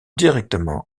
directement